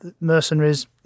mercenaries